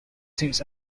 since